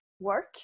work